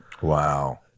Wow